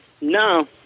No